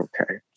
okay